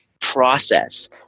process